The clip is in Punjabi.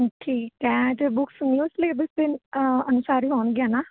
ਠੀਕ ਹੈ ਅਤੇ ਬੁੱਕਸ ਨਿਊ ਸਿਲੇਬਸ ਦੇ ਅਨੁਸਾਰ ਹੀ ਹੋਣਗੀਆਂ ਨਾ